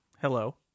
Hello